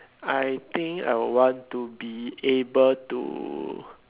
I think I would want to be able to